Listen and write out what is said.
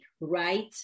right